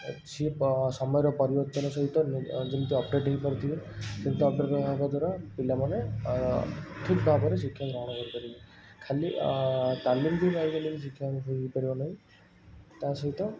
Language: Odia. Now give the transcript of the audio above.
ସିଏ ପ ସମୟର ପରିବର୍ତ୍ତନ ସହିତ ଯେମିତି ଅପଡ଼େଟ୍ ହେଇପାରୁଥିବେ ସେମତି ଅପଡ଼େଟ୍ ରହିବା ଦ୍ଵାରା ପିଲାମାନେ ଠିକ ଭାବରେ ଶିକ୍ଷା ଗ୍ରହଣ କରିପାରିବେ ଖାଲି ତାଲିମ ବି ନେଇଗଲେ ବି ଶିକ୍ଷା ହେଇପାରିବନି ତା' ସହିତ